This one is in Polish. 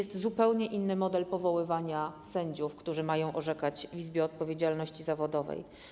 Chodzi o zupełnie inny model powoływania sędziów, którzy mają orzekać w Izbie Odpowiedzialności Zawodowej.